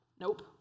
Nope